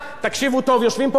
שעובדים בערוץ-10,